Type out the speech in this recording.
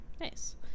Nice